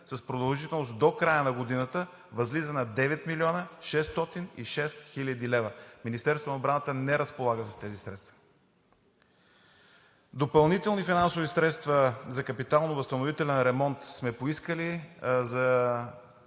с продължителност до края на годината, възлиза на 9 млн. 606 хил. лв. Министерството на отбраната не разполага с тези средства. Допълнителни финансови средства за капитало-възстановителен ремонт сме поискали за